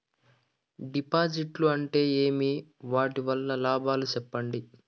డిపాజిట్లు అంటే ఏమి? వాటి వల్ల లాభాలు సెప్పండి?